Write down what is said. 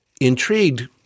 Intrigued